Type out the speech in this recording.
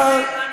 איפה?